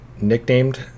nicknamed